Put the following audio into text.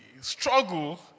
struggle